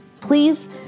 Please